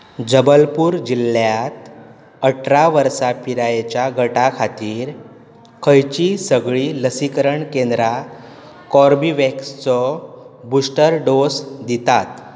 जबलपूर जिल्ल्यांत अठरा वर्सां पिरायेच्या गटा खातीर खंयचीं सगळीं लसीकरण केंद्रां कोर्बेवॅक्सचो बुस्टर डोस दितात